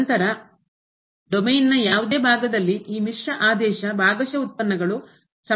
ನಂತರ ಡೊಮೇನ್ನ ಯಾವುದೇ ಭಾಗದಲ್ಲಿ ಈ ಮಿಶ್ರ ಆದೇಶ ಭಾಗಶಃ ಉತ್ಪನ್ನಗಳು ಸಮಾನವಾಗಿರುತ್ತದೆ